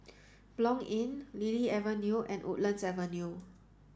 Blanc Inn Lily Avenue and Woodlands Avenue